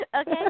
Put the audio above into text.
okay